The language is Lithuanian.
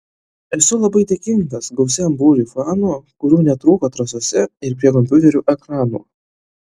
esu labai dėkingas gausiam būriui fanų kurių netrūko trasose ir prie kompiuterių ekranų